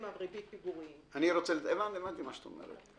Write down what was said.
ריבית הפיגורים- -- הבנתי את מה שאת אומרת.